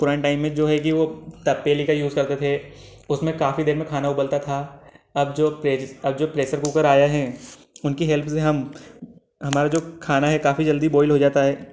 पुराने टाइम में जो है कि वह तपेली का यूज़ करते थे उसमें काफ़ी देर में खाना उबलता था अब जो अब जो प्रेसर कुकर आया है उनकी हेल्प से हम हमारा जो खाना है काफ़ी जल्दी बॉइल हो जाता है